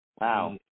Wow